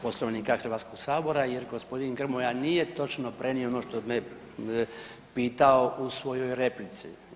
Poslovnika Hrvatskog sabora jer gospodin Grmoja nije točno prenio ono što me pitao u svojoj replici.